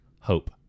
hope